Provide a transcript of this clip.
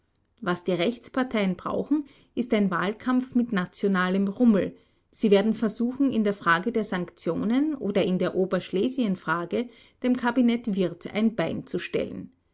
was die rechtsparteien brauchen ist ein wahlkampf mit nationalem rummel sie werden versuchen in der frage der sanktionen oder in der oberschlesienfrage dem kabinett wirth ein bein zu stellen